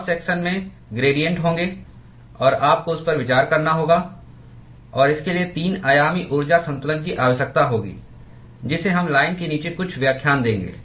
cross section में gradient होंगे और आपको उस पर विचार करना होगा और इसके लिए 3 आयामी ऊर्जा संतुलन की आवश्यकता होगी जिसे हम लाइन के नीचे कुछ व्याख्यान देखेंगे